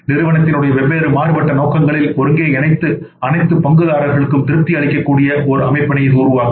நிறுவனத்தின் உடைய வெவ்வேறு மாறுபட்ட நோக்கங்களை ஒருங்கே இணைத்து அனைத்து பங்குதாரர்களுக்கும் திருப்தி அளிக்கக்கூடிய ஒரு அமைப்பினை இது உருவாக்கும்